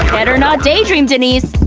better not daydream, denise!